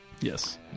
Yes